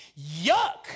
Yuck